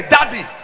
Daddy